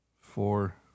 Four